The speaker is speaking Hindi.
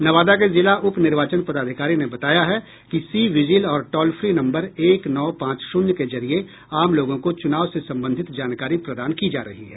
नवादा के जिला उपनिर्वाचन पदाधिकारी ने बताया है कि सी विजील और टॉल फ्री नम्बर एक नौ पांच शून्य के जरिये आम लोगों को चुनाव से संबंधित जानकारी प्रदान की जा रही है